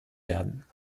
werden